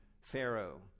Pharaoh